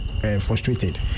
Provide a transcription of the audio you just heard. frustrated